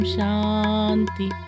Shanti